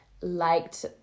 liked